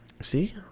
See